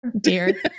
Dear